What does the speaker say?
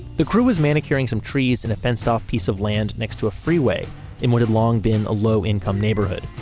the crew was manicuring some trees in a fenced-off piece of land next to a freeway in what had long been a low-income neighborhood.